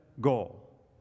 goal